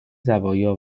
زوایا